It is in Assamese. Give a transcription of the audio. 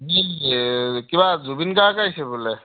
কিবা জুবিন গাৰ্গ আহিছে বোলে